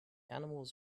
animals